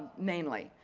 mainly.